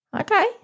okay